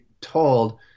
told